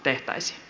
kiitos